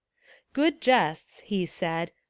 good jests, he said,